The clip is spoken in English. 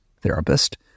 therapist